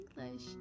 english